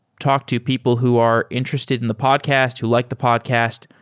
talk to people who are interested in the podcast, who like the podcast.